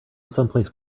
someplace